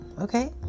okay